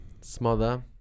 smother